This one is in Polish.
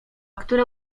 które